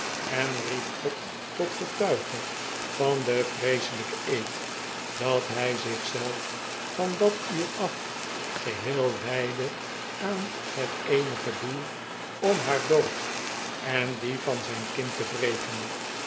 en riep god tot getuige van den vreeselijken eed dat hij zich zelf van dat uur af geheel wijdde aan het eenige doel om haar dood en dien van zijn kind te